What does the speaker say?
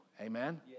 amen